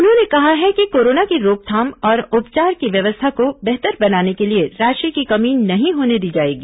उन्होंने कहा है कि कोरोना की रोकथाम और उपचार की व्यवस्था को बेहतर बनाने के लिए राशि की कमी नहीं होने दी जाएगी